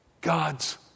God's